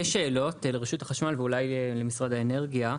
שאלות לרשות החשמל ואולי למשרד האנרגיה.